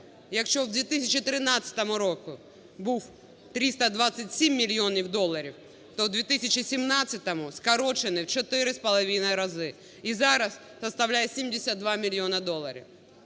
якщо в 2013 році був 327 мільйонів доларів, то в 2017 скорочений в 4,5 рази і зараз складає 72 мільйона доларів.